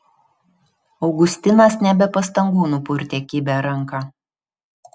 augustinas ne be pastangų nupurtė kibią ranką